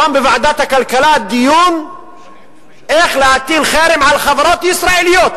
היום בוועדת הכלכלה היה דיון איך להטיל חרם על חברות ישראליות,